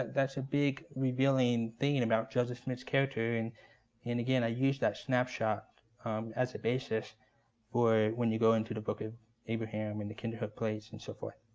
that's a big revealing thing about joseph smith's character. and and again, i use that snapshot as a basis for when you go into the book of abraham and the kinderhook plates and so forth.